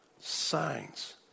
signs